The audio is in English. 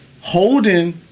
holding